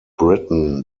britain